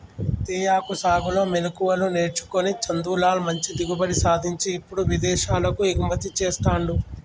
తేయాకు సాగులో మెళుకువలు నేర్చుకొని చందులాల్ మంచి దిగుబడి సాధించి ఇప్పుడు విదేశాలకు ఎగుమతి చెస్తాండు